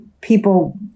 people